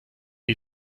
die